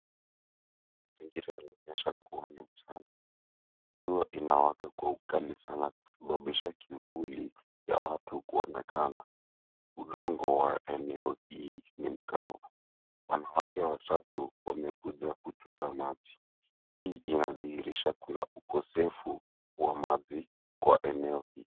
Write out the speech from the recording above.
Tengeneza kuwani sana. Nuru inawaka kwa ukali sana kusababisha kivuli ya watu kuonekana. Udongo wa eneo hii ni mkavu. Wanawake watatu wamekuja kuchota maji. Hii inadhihirisha kuna ukosefu wa maji kwa eneo hili.